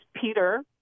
Peter